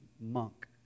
monk